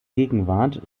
gegenwart